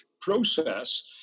process